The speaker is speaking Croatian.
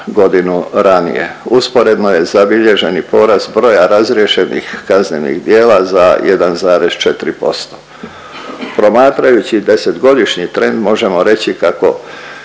godinu ranije. Usporedno je zabilježeni porast broja razriješenih kaznenih djela za 1,4%. Promatrajući 10-godišnji trend možemo reći kako